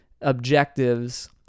objectives